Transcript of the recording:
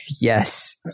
Yes